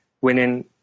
winning